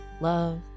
love